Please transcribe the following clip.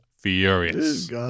furious